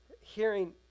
hearing